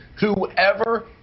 whoever